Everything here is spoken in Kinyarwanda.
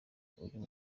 uyu